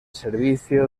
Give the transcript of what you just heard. servicio